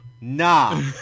Nah